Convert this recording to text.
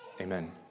Amen